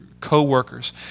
co-workers